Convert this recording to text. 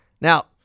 Now